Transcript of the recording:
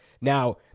Now